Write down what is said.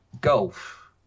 golf